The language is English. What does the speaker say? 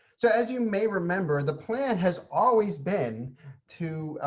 so, as you may remember the plan has always been to,